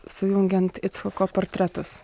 sujungiant icchoko portretus